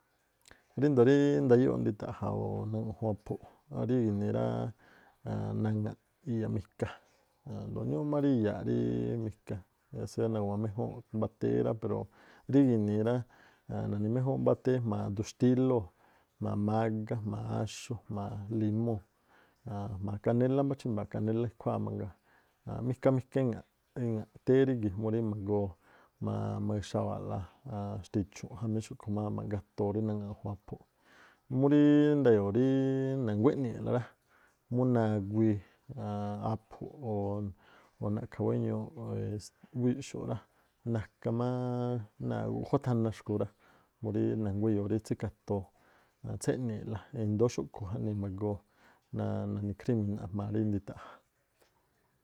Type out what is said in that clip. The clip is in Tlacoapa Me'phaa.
Ríndo̱o rí ndayóꞌ ndita̱ꞌja̱ o̱ naŋajun aphu, rí gi̱nii rá naŋa̱ꞌ iyaꞌ mika, ndo̱o ñúúꞌ má rí ni iya̱a̱ꞌ ríí mika yáá seá nagu̱ma méjúúnꞌ mbáá té rá. Pero ri gi̱nii rá na̱ni̱ méjúún mba téé jma̱a du xtílóo̱ jma̱a mágá jma̱a axú jma̱a limúu̱ jma̱a kanélá jma̱a mbá chímba̱a̱ kanélá ekhuáá mangaa, mika, mika iŋa̱ꞌ téé rígi̱ mu rí ma̱goo ma̱- maxawa̱a̱ꞌla xtichu̱nꞌ jamí xúkhu̱ má ma̱ꞌgatoo rí naŋajun aphu̱ꞌ. muríí nda̱yo̱o̱ rí na̱nguá eꞌni̱i̱ la rá, mu naguii aphu na̱ꞌkha̱ wéñuuꞌ wíꞌxo̱ꞌ rá, na̱ka má náa̱ guꞌjuá thana xkui̱ rá, murí na̱nguá e̱yo̱o̱ rí tsíka̱to, tséꞌni̱i̱ꞌla e̱ndóó xúꞌkhu̱ jaꞌnii ma̱goo naꞌni kríñaa̱ jma̱a rí ndita̱ꞌja̱.